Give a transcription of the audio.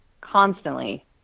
constantly